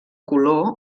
color